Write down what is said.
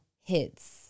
hits